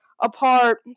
apart